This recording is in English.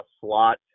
slot